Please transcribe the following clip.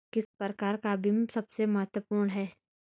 किस प्रकार का बीमा सबसे महत्वपूर्ण है?